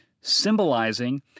symbolizing